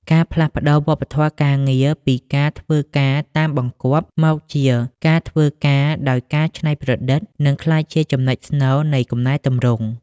ការផ្លាស់ប្តូរវប្បធម៌ការងារពីការ "ធ្វើការតាមបង្គាប់" មកជា "ការធ្វើការដោយការច្នៃប្រឌិត" នឹងក្លាយជាចំណុចស្នូលនៃកំណែទម្រង់។